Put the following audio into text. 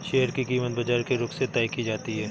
share की कीमत बाजार के रुख से तय की जाती है